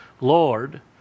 Lord